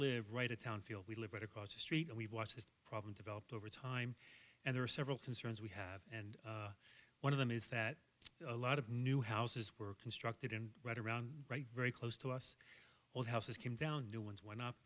live right a town field we live right across the street and we've watched this problem developed over time and there are several concerns we have and one of them is that a lot of new houses were constructed and right around right very close to us all houses came down new ones went up